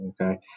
Okay